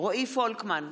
רועי פולקמן,